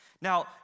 Now